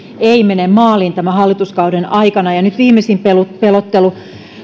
ei mene maaliin tämän hallituskauden aikana ja nyt viimeisimpänä pelotteluna